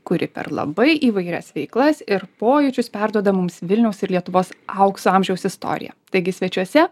kuri per labai įvairias veiklas ir pojūčius perduoda mums vilniaus ir lietuvos aukso amžiaus istoriją taigi svečiuose